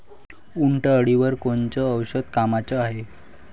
उंटअळीवर कोनचं औषध कामाचं हाये?